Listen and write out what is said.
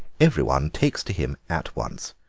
every one takes to him at once.